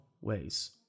ways